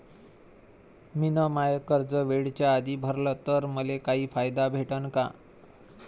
मिन माय कर्ज वेळेच्या आधी भरल तर मले काही फायदा भेटन का?